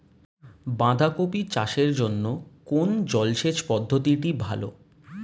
বাঁধাকপি চাষের জন্য কোন জলসেচ পদ্ধতিটি ভালো?